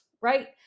right